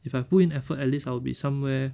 if I put in effort at least I'll be somewhere